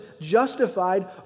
justified